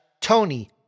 Tony